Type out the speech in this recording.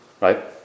Right